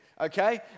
okay